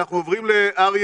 אנחנו עוברים לאריה